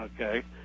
Okay